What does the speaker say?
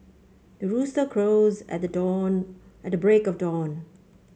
the rooster crows at the dawn at the break of dawn